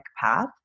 path